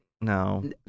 No